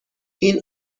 این